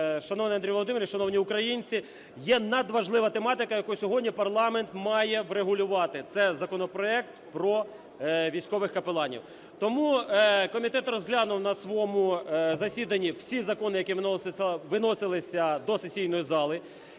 шановний Андрій Володимирович, шановні українці! Є надважлива тематика, яку сьогодні парламент має врегулювати – це законопроект про військових капеланів. Тому комітет розглянув на своєму засіданні всі закони, які виносилися до сесійної зали.